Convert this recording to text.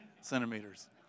centimeters